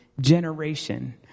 generation